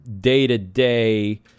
day-to-day